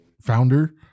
founder